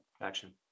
action